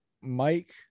Mike